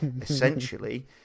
essentially